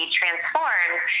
transformed